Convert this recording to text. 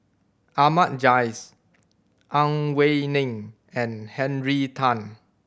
Ahmad Jais Ang Wei Neng and Henry Tan